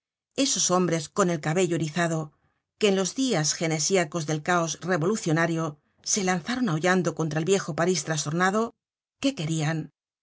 esos hombres con el cabello erizado que en los dias genesiacos del caos revolucionario se lanzaron ahullando contra el viejo parís trastornado qué querian